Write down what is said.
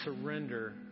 surrender